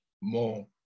more